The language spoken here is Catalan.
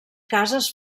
cases